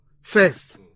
first